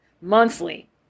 monthly